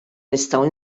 nistgħu